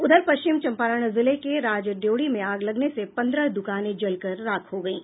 उधर पश्चिम चम्पारण जिले के राजडयोढ़ी में आग लगने से पन्द्रह दुकाने चलकर राख हो गयी